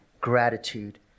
gratitude